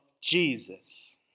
Jesus